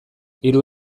hiru